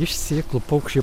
iš sėklų paukščiai